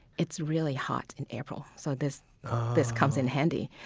it's really hot in april, so this this comes in handy.